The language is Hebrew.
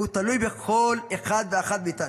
והוא תלוי בכל אחד ואחת מאיתנו.